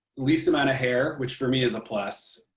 least amount of hair, which, for me, is a plus.